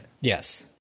Yes